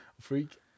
Freak